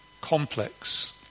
complex